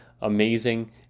amazing